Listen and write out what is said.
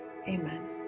Amen